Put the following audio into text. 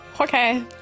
Okay